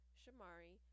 Shamari